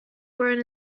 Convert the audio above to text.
grown